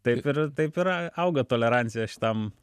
taip ir taip irauga tolerancija šitam